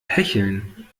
hecheln